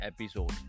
episode